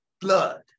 blood